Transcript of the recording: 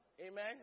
Amen